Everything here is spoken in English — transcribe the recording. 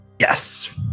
Yes